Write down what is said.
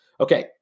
Okay